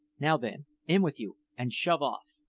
now, then, in with you and shove off!